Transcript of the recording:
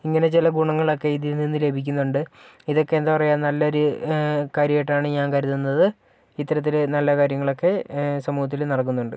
ഇങ്ങനെ ചില ഗുണങ്ങളൊക്കെ ഇതിൽ നിന്നു ലഭിക്കുന്നുണ്ട് ഇതൊക്കെ എന്താപറയുക നല്ലൊരു കാര്യമായിട്ടാണ് ഞാൻ കരുതുന്നത് ഇത്തരത്തില് നല്ല കാര്യങ്ങളൊക്കെ സമൂഹത്തില് നടക്കുന്നുണ്ട്